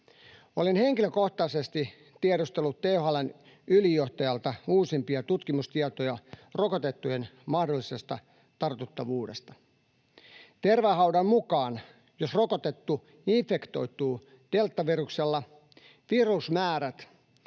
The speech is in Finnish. Olen henkilökohtaisesti tiedustellut THL:n ylijohtajalta uusimpia tutkimustietoja rokotettujen mahdollisesta tartuttavuudesta. Tervahaudan mukaan jos rokotettu infektoituu deltaviruksella, virusmäärät